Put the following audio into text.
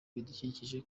bidukikije